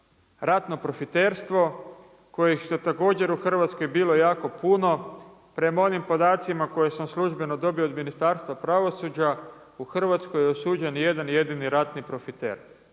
ratne profiterstvo kojih je također u Hrvatskoj bilo jako puno, prema onim podacima koje sam službenom dobio od Ministarstva pravosuđa, u Hrvatskoj je osuđen jedan jedini ratni profiter.